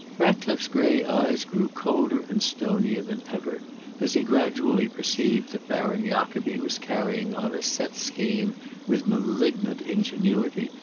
ratcliffe's grey eyes grew colder and stonier than ever as he gradually perceived that baron jacobi was carrying on a set scheme with malignant ingenuity,